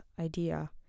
idea